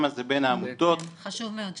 הזה בין העמותות --- חשוב מאוד שנראה.